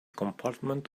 compartment